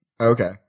Okay